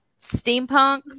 steampunk